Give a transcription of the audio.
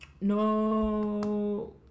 no